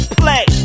play